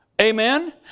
Amen